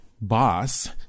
boss